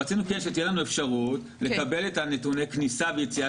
רצינו שתהיה לנו אפשרות לקבל את נתוני הכניסה והיציאה